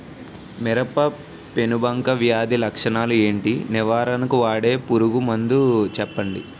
మిరప పెనుబంక వ్యాధి లక్షణాలు ఏంటి? నివారణకు వాడే పురుగు మందు చెప్పండీ?